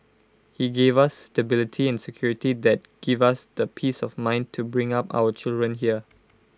he gave us stability and security that give us the peace of mind to bring up our children here